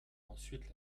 ensuite